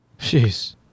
Jeez